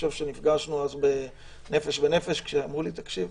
כשנפגשנו אז ב'נפש בנפש' ואמרו לי: תקשיב,